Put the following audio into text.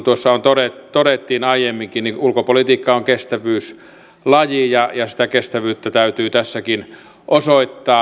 niin kuin tuossa todettiin aiemminkin niin ulkopolitiikka on kestävyyslaji ja sitä kestävyyttä täytyy tässäkin osoittaa